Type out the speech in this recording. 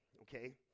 Okay